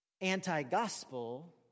anti-gospel